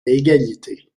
égalité